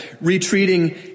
retreating